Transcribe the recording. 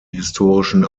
historischen